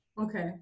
Okay